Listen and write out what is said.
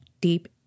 deep